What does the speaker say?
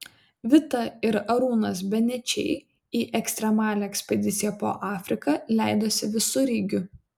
vita ir arūnas benečiai į ekstremalią ekspediciją po afriką leidosi visureigiu